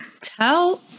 tell